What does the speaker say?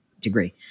degree